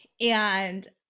and-